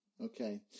okay